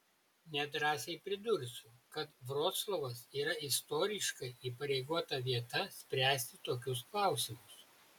nedrąsiai pridursiu kad vroclavas yra istoriškai įpareigota vieta spręsti tokius klausimus